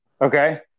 okay